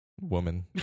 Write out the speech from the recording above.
woman